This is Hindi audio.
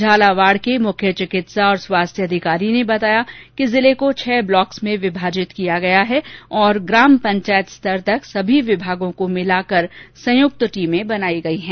झालावाड़ के मुख्य चिकित्सा और स्वास्थ्य अधिकारी ने बताया कि जिले को छह ब्लॉक्स में विमाजित किया गया है और ग्राम पंचायत स्तर तक सभी विभागों को मिलाकर संयुक्त रूप से टीमें बनाई गई हैं